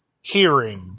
hearing